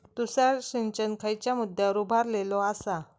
तुषार सिंचन खयच्या मुद्द्यांवर उभारलेलो आसा?